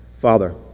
Father